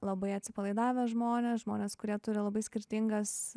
labai atsipalaidavę žmonės žmonės kurie turi labai skirtingas